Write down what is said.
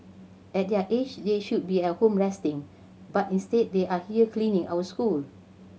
at their age they should be at home resting but instead they are here cleaning our school